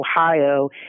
Ohio